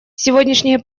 сегодняшние